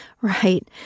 Right